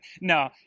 No